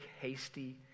hasty